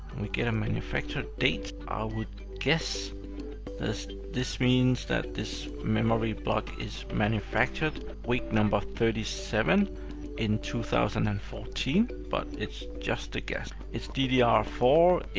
we get a manufacture date. i would guess this this means that this memory block is manufactured week number thirty seven in two thousand and fourteen, but it's just a guess. it's d d r four,